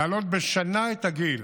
להעלות בשנה את הגיל